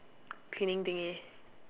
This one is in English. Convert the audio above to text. cleaning thingy